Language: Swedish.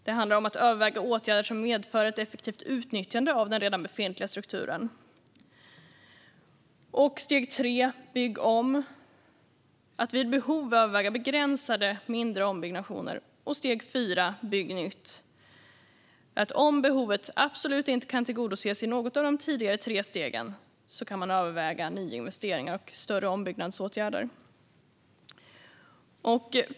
Det handlar om att överväga åtgärder som medför ett effektivt utnyttjande av den redan befintliga strukturen. Steg 3: Bygg om. Det handlar om att vid behov överväga begränsade, mindre ombyggnationer. Steg 4: Bygg nytt. Om behovet absolut inte kan tillgodoses i något av de tidigare tre stegen kan man överväga nyinvesteringar och större ombyggnadsåtgärder.